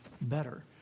better